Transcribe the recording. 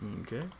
Okay